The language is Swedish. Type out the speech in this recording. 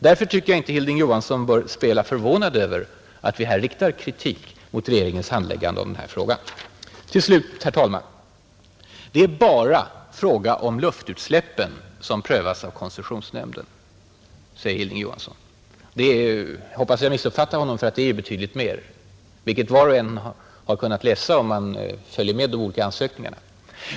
Därför tycker jag inte att Hilding —5-- Johansson bör spela förvånad över att vi riktar kritik mot regeringens Granskning av statshandläggande av ärendet. rådens ämbetsutöv Det är ”endast” frågan om luftutsläppen som prövas i koncessionsning m.m. nämnden, tyckte jag att herr Johansson sade. Jag hoppas att jag missuppfattade honom, ty det är ju betydligt mer, vilket var och en har kunnat läsa som följt de olika ansökningarna.